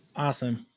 awesome,